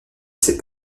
sait